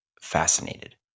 fascinated